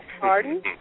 Pardon